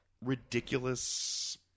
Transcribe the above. ridiculous